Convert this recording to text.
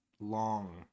long